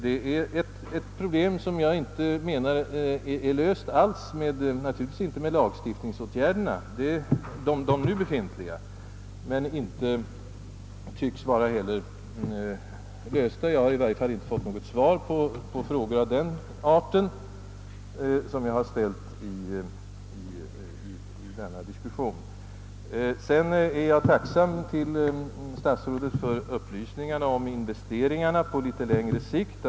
Detta problem anser jag alltså inte är löst och naturligtvis är det inte löst med de nu befintliga lagstiftningsåtgärderna. Jag har i varje fall inte fått något svar på frågor av den arten, som jag har ställt i denna debatt. Jag är tacksam till statsrådet för upplysningarna om investeringarna i sjukhusbyggen på längre sikt.